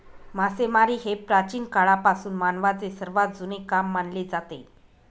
मासेमारी हे प्राचीन काळापासून मानवाचे सर्वात जुने काम मानले जाते